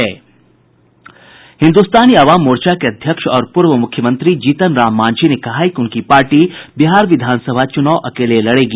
हिन्दुस्तानी अवाम मोर्चा के अध्यक्ष और पूर्व मुख्यमंत्री जीतन राम मांझी ने कहा है कि उनकी पार्टी बिहार विधानसभा चुनाव अकेले लड़ेगी